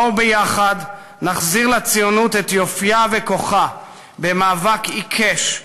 בואו יחד נחזיר לציונות את יופייה וכוחה במאבק עיקש,